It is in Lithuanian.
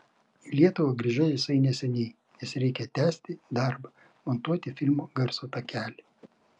į lietuvą grįžau visai neseniai nes reikia tęsti darbą montuoti filmo garso takelį